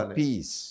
peace